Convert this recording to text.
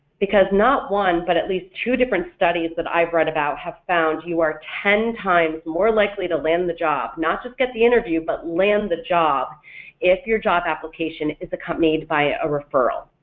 because not one but at least two different studies that i've read about have found you are ten times more likely to land the job, not just get the interview, but land the job if your job application is accompanied by a referral,